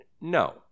No